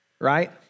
right